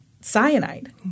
cyanide